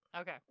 Okay